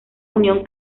unión